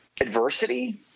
adversity